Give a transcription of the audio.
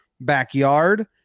backyard